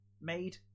made